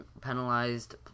penalized